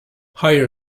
higher